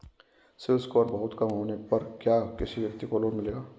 CIBIL score बहुत कम होने पर क्या किसी व्यक्ति को लोंन मिलेगा?